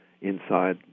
inside